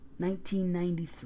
1993